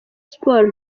sports